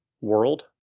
world